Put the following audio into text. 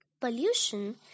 Pollution